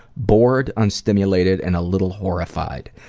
bored, unstimulated, and a little horrified.